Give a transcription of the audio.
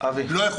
לא יכול